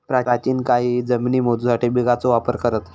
प्राचीन काळीही जमिनी मोजूसाठी बिघाचो वापर करत